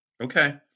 Okay